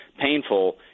painful